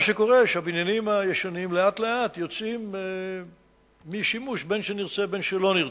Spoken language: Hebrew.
מה שקורה הוא שהבניינים הישנים יוצאים משימוש לאט-לאט,